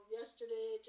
yesterday